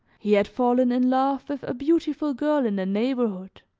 he had fallen in love with a beautiful girl in the neighborhood,